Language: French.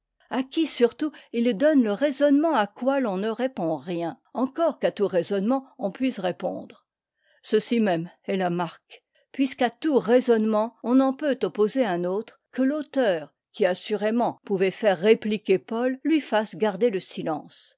à qui surtout il donne le raisonnement à quoi l'on ne répond rien encore qu'à tout raisonnement on puisse répondre ceci même est la marque puisqu'à tout raisonnement on en peut opposer un autre que l'auteur qui assurément pouvait faire répliquer paul lui fasse garder le silence